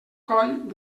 coll